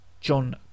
John